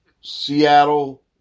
Seattle